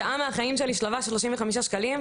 שעה מהחיים שלי שווה 35 שקלים?